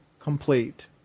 complete